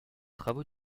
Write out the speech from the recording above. travaux